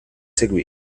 seguì